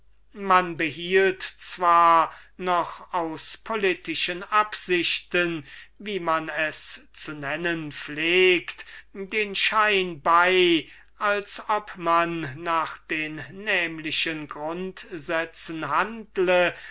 man behielt zwar noch aus politischen absichten wie man es zu nennen pflegt den schein bei als ob man nach den nämlichen grundsätzen handle